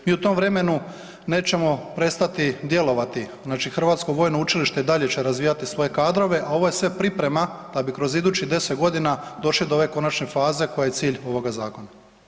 Mi u tom vremenu nećemo prestati djelovati, znači Hrvatsko vojno učilište i dalje će razvijati svoje kadrove, a ovo je sve priprema da bi kroz idućih deset godina došli do ove konačne faze koja je cilj ovoga zakona.